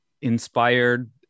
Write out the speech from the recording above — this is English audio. inspired